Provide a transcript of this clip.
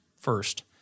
first